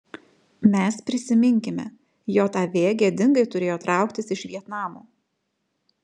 mes prisiminkime jav gėdingai turėjo trauktis iš vietnamo